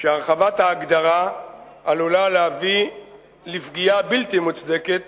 שהרחבת ההגדרה עלולה להביא לפגיעה בלתי מוצדקת